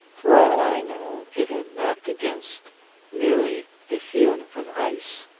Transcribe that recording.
for all i know it had knocked against merely a field of ice.